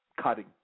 cutting